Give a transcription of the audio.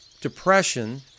depression